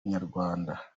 nyarwanda